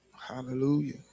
hallelujah